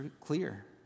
clear